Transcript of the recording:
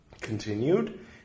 continued